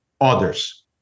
others